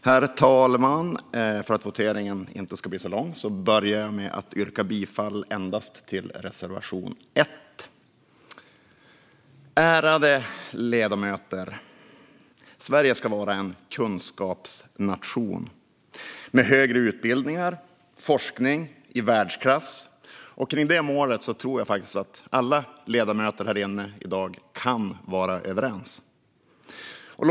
Herr talman! För att voteringen inte ska bli så lång börjar jag med att yrka bifall endast till reservation 1. Ärade ledamöter! Sverige ska vara en kunskapsnation med högre utbildningar och forskning i världsklass. Jag tror faktiskt att alla ledamöter här inne i dag kan vara överens om det målet.